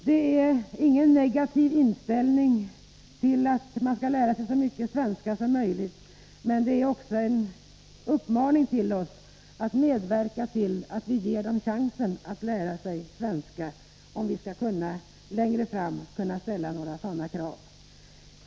Detta innebär ingen negativ inställning till önskemålet att invandrarna skall lära sig så mycket svenska som möjligt. Det innebär en uppmaning till oss att medverka till att vi ger dem chansen att lära sig svenska, om vi sedan längre fram skall kunna ställa sådana krav.